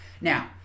Now